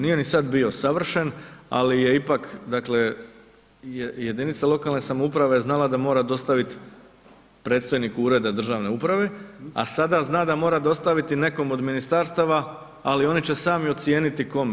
Nije ni sada bio savršen, ali je ipak jedinica lokalne samouprave znala da mora dostaviti predstojniku ureda državne uprave, a sada zna da mora dostaviti nekom od ministarstava, ali oni će sami ocijeniti kome.